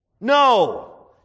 No